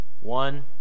one